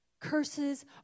Curses